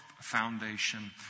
foundation